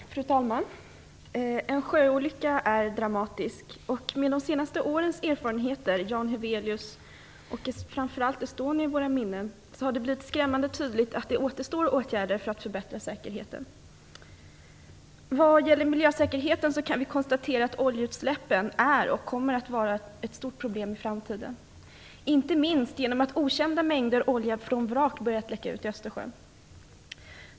Fru talman! En sjöolycka är dramatisk. Med de senaste årens erfarenheter från Jan Heweliusz och framför allt Estonia i våra minnen har det blivit skrämmande tydligt att det återstår åtgärder att vidta för att förbättra säkerheten. Vad gäller miljösäkerheten kan vi konstatera att oljeutsläppen är ett stort problem och kommer att vara så även i framtiden, inte minst genom att okända mängder från vrak börjat läcka ut i Östersjön.